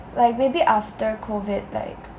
like maybe after COVID like